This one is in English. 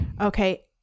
Okay